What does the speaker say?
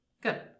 Good